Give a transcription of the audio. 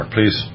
Please